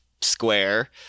square